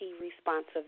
responsive